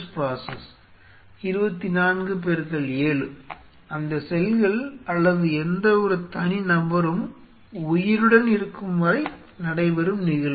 24X7 அந்த செல்கள் அல்லது எந்த ஒரு தனி நபரும் உயிருடன் இருக்கும் வரை நடைபெறும் நிகழ்வு